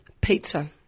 pizza